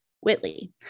Whitley